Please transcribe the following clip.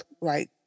right